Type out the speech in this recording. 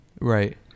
Right